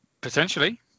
Potentially